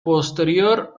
posterior